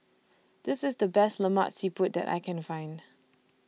This IS The Best Lemak Siput that I Can Find